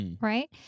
right